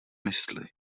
mysli